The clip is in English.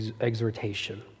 exhortation